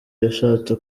yashatse